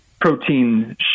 protein